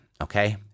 okay